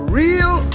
real